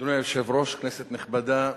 אדוני היושב-ראש, כנסת נכבדה,